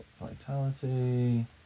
Vitality